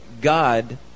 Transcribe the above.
God